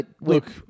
Look